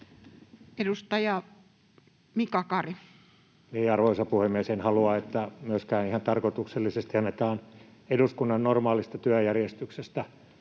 21:19 Content: Arvoisa puhemies! En myöskään halua, että ihan tarkoituksellisesti annetaan eduskunnan normaalista työjärjestyksestä